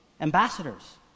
ambassadors